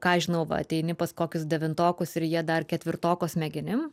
ką aš žinau va ateini pas kokius devintokus ir jie dar ketvirtoko smegenim